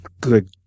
good